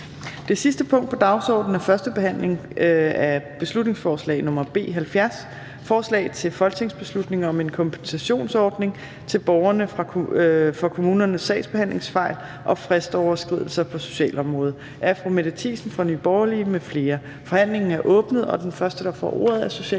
Det sidste punkt på dagsordenen er: 18) 1. behandling af beslutningsforslag nr. B 70: Forslag til folketingsbeslutning om en kompensationsordning til borgerne for kommunernes sagsbehandlingsfejl og fristoverskridelser på socialområdet. Af Mette Thiesen (NB) m.fl. (Fremsættelse 30.10.2020). Kl. 18:30 Forhandling